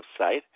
website